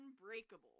Unbreakable